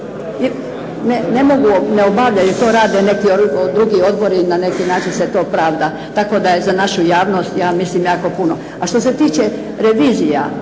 ne obavljaju, ne rade, to rade neki drugi odbori na neki način se to pravda, tako da je za našu javnost ja mislim jako puno. Što se tiče revizija